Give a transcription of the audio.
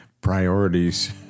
Priorities